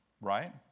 Right